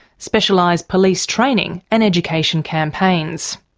specialised police training and education campaigns.